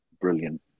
brilliant